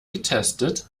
getestet